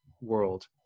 world